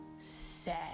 sad